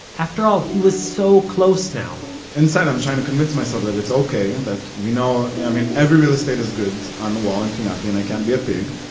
after all, he was so close now inside i'm trying to convince myself that it's ok. and that we know, i mean every real-estate is good, on the wall in pinati, and i can't be a pig.